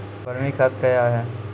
बरमी खाद कया हैं?